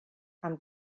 amb